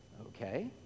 Okay